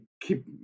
keep